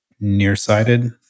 nearsighted